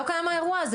לא קיים האירוע הזה.